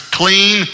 clean